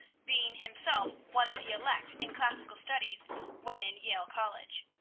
being himself one of the elect in classical studies when in yale college.